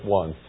one